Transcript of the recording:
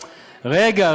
רגע,